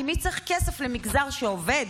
כי מי צריך כסף למגזר שעובד,